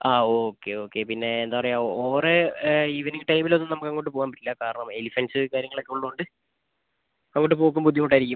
ആ okay okay പിന്നെ എന്താപറയാ ഓവർ ഈവനിംഗ് ടൈമിലൊന്നും നമുക്കങ്ങോട്ട് പോകാൻ പറ്റില്ല കാരണം എലിഫന്റ്സ് കാര്യങ്ങളൊക്കെ ഉള്ളോണ്ട് അങ്ങോട്ടു പോക്ക് ബുദ്ധിമുട്ടായിരിക്കും